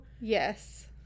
Yes